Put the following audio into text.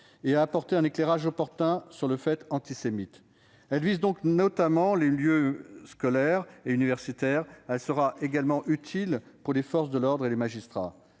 qu'à apporter un éclairage opportun sur le « fait antisémite ». Elle vise donc notamment les milieux scolaires et universitaires. Elle sera également utile pour les forces de l'ordre et les magistrats.